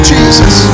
Jesus